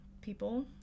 people